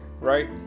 right